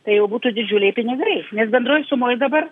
tai jau būtų didžiuliai pinigai nes bendroj sumoj dabar